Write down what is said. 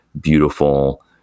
beautiful